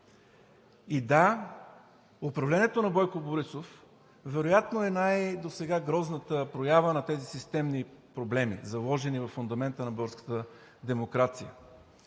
И да, управлението на Бойко Борисов вероятно е досега най-грозната проява на тези системни проблеми, заложени във фундамента на българската демокрация.